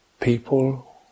people